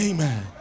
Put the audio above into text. Amen